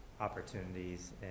opportunities